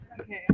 Okay